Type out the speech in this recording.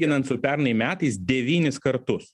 lyginant su pernai metais devynis kartus